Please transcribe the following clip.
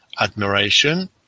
admiration